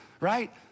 right